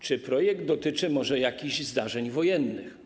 Czy projekt dotyczy może jakichś zdarzeń wojennych?